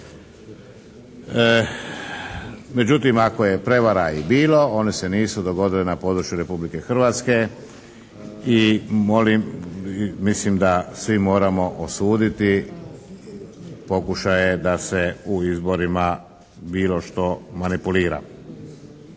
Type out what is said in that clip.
Međutim, ako je prevara i bilo one se nisu dogodile na području Republike Hrvatske i molim, mislim da svi moramo osuditi pokušaje da se u izborima bilo što manipulira.